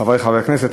חברי חברי הכנסת,